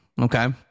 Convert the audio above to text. okay